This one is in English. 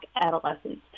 adolescents